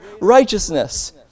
righteousness